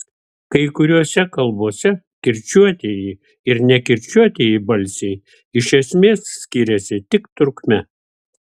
kai kuriose kalbose kirčiuotieji ir nekirčiuotieji balsiai iš esmės skiriasi tik trukme